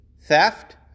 theft